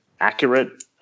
accurate